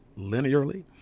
linearly